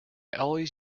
always